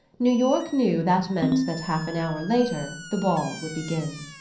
new york knew that meant that half an hour later the ball would begin.